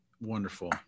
wonderful